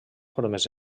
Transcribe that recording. formes